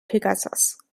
pegasos